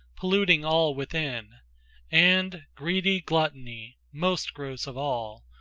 polluting all within and greedy gluttony, most gross of all,